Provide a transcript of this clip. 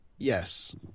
Yes